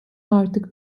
artık